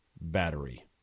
battery